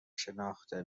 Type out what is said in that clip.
شناخته